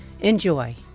Enjoy